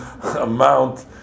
amount